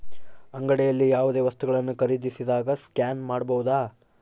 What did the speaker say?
ಅಂಗಡಿಯಲ್ಲಿ ಯಾವುದೇ ವಸ್ತುಗಳನ್ನು ಖರೇದಿಸಿದಾಗ ಸ್ಕ್ಯಾನ್ ಮಾಡಬಹುದಾ?